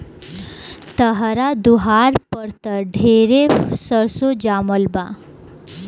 तहरा दुआर पर त ढेरे सरसो जामल बा